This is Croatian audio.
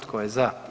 Tko je za?